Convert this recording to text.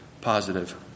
positive